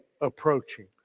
approaching